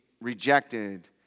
Rejected